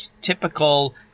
typical